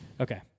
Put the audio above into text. Okay